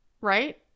right